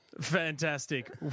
Fantastic